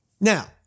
Now